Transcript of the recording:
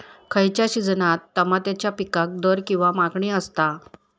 खयच्या सिजनात तमात्याच्या पीकाक दर किंवा मागणी आसता?